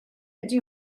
ydy